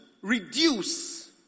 Reduce